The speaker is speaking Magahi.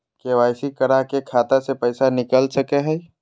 के.वाई.सी करा के खाता से पैसा निकल सके हय?